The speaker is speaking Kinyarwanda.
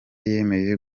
yemeye